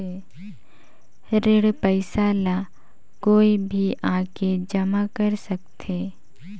ऋण पईसा ला कोई भी आके जमा कर सकथे?